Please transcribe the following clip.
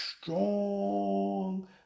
strong